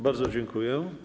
Bardzo dziękuję.